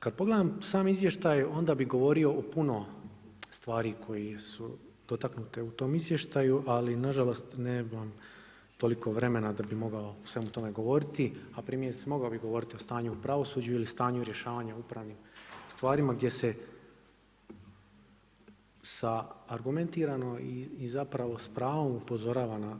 Kad pogledam sam izvještaj onda bi govorio o puno stvari koje su dotaknute u tom izvještaju ali nažalost nemam toliko vremena da bi mogao o svemu tome govoriti a primjerice mogao bi govoriti o stanju o u pravosuđu ili stanju rješavanja u upravnim stvarima gdje se sa argumentirano i zapravo s pravom upozorava na